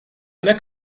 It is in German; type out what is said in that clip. einer